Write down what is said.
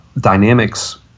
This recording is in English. dynamics